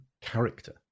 character